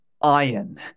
Iron